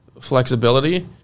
flexibility